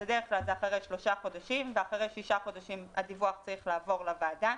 בדרך כלל אחרי 3 חודשים ואחרי 6 חודשים הדיווח צריך לעבור לוועדה.